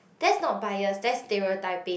that's not bias that's stereotyping